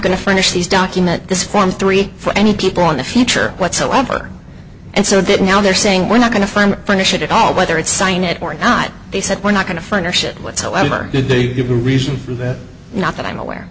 going to furnish these document this form three for any people in the future whatsoever and so that now they're saying we're not going to find punish it at all whether it's sign it or not they said we're not going to furnish it whatsoever did they give a reason for that not that i'm aware